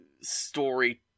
story